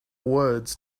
words